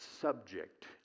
subject